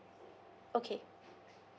okay